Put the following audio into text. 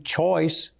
choice